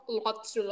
lots